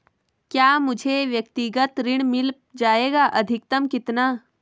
क्या मुझे व्यक्तिगत ऋण मिल जायेगा अधिकतम कितना?